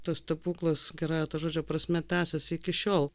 tas stebuklas gerąja to žodžio prasme tęsiasi iki šiol